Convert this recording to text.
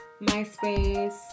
MySpace